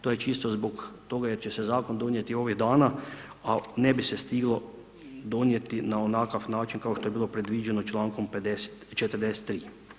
To je čisto zbog toga jer će se zakon donijeti ovih dana a ne bi se stiglo donijeti na onakav način kao što je bilo predviđeno člankom 43.